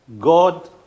God